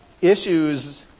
issues